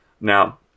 Now